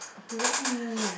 you really mean